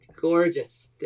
gorgeous